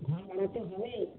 ঘর ভাড়া তো হবে